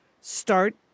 start